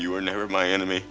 you are never my enemy